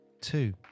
Two